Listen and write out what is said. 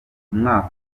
umwaka